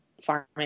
farming